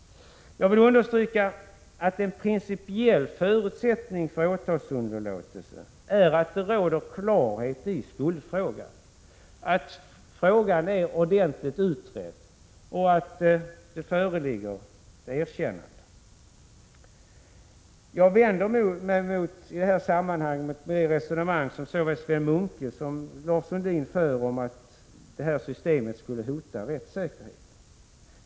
Jag vill understryka att en principiell förutsättning för åtalsunderlåtelse är att det råder klarhet i skuldfrågan — att frågan är ordentligt utredd och att det föreligger erkännande. I detta sammanhang vänder jag mig mot det resonemang som såväl Sven Munke som Lars Sundin för — att det här systemet skulle hota rättssäkerheten.